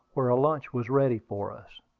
where a lunch was ready for us.